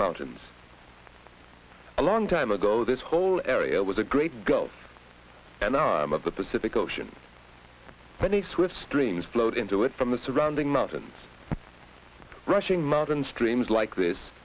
mountains a long time ago this whole area was a great go and arm of the pacific ocean twenty swift streams flowed into it from the surrounding mountains rushing mountain streams like this